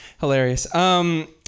Hilarious